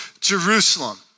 Jerusalem